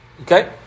Okay